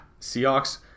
Seahawks